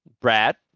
Brad